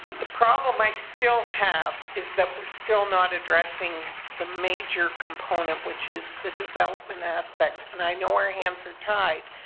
the problem i still have is that we're still not addressing the major component which is the development aspect and pi know our hands are tied.